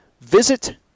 visit